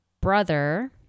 brother